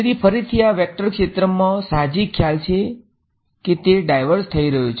તેથી ફરીથી આ વેક્ટર ક્ષેત્રમાં સાહજિક ખ્યાલ છે કે તે ડાઇવર્જ થઈ રહ્યો છે